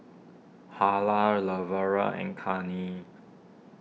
Harlan Lavera and Cannie